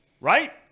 Right